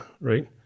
right